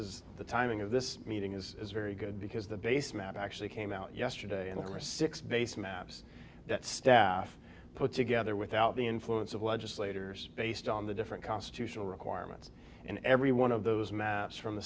is the timing of this meeting is very good because the base map actually came out yesterday and there are six base maps that staff put together without the influence of legislators based on the different constitutional requirements in every one of those map from the